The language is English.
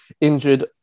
injured